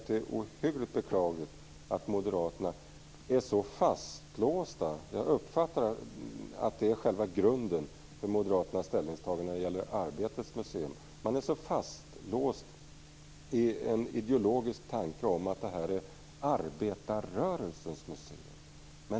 Det är ohyggligt beklagligt att Moderaterna är så fastlåsta i en ideologisk tankegång att det är ett arbetarrörelsens museum. Jag uppfattar det så att det är grunden i Men i första hand är det Arbetets museum.